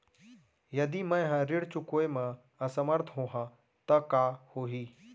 यदि मैं ह ऋण चुकोय म असमर्थ होहा त का होही?